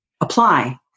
apply